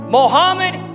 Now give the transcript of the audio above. Mohammed